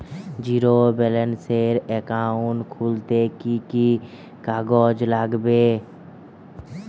Zero ব্যালেন্সের account খুলতে কি কি কাগজ লাগবে?